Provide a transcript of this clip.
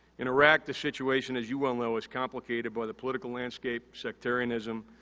in iraq, the situation, as you well know is complicated by the political landscape, sectarianism,